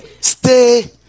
stay